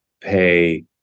pay